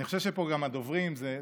אני חושב שגם הדוברים פה,